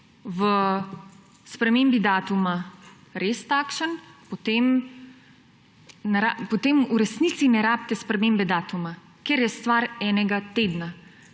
v spremembi datuma res takšen, potem v resnici ne rabite spremembe datuma, ker je stvar enega tedna.